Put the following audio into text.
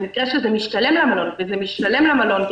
במקרה שזה משתלם למלון וזה משתלם למלון כי